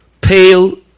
pale